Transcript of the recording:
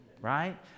Right